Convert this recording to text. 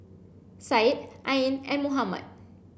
Syed Ain and Muhammad